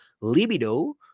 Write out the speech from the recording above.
libido